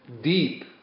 deep